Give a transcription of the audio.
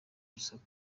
isoko